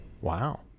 Wow